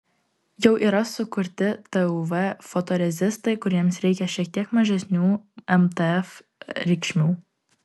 jau yra sukurti tuv fotorezistai kuriems reikia šiek tiek mažesnių mtf reikšmių